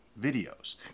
videos